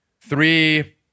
three